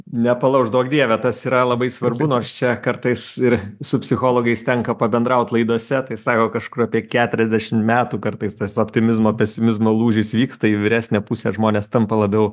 nepalauš duok dieve tas yra labai svarbu nors čia kartais ir su psichologais tenka pabendraut laidose tai sako kažkur apie keturiasdešim metų kartais tas optimizmo pesimizmo lūžis vyksta į vyresnę pusę žmonės tampa labiau